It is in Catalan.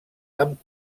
amb